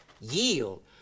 yield